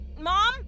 Mom